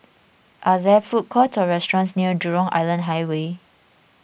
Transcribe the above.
are there food court restaurants near Jurong Island Highway